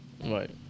Right